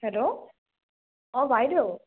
hello অঁ বাইদেউ